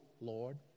Lord